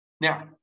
Now